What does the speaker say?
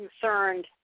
concerned